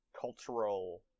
cultural